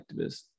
activists